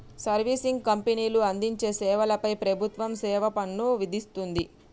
servicing కంపెనీలు అందించే సేవల పై ప్రభుత్వం సేవాపన్ను విధిస్తుంది